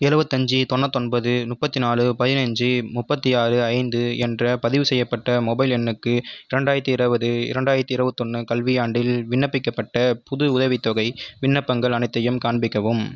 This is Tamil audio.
எழுபத்தஞ்சி தொண்ணூத்தொன்பது முப்பத்திநாலு பதினஞ்சு முப்பத்தி ஆறு ஐந்து என்ற பதிவுசெய்யப்பட்ட மொபைல் எண்ணுக்கு இரண்டாயிரத்தி இருபது இரண்டாயிரத்தி இருபத்தொன்னு கல்வியாண்டில் விண்ணப்பிக்கப்பட்ட புது உதவி தொகை விண்ணப்பங்கள் அனைத்தையும் காண்பிக்கவும்